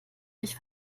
mich